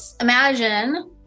imagine